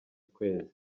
kwezi